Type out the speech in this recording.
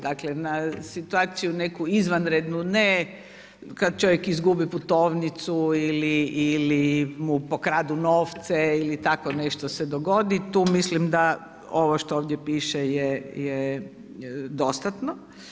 Dakle na situaciju neku izvanrednu ne kad čovjek izgubi putovnicu ili mu pokradu novce ili tako nešto se dogodi, tu mislim da ovo što ovdje piše je dostatno.